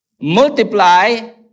Multiply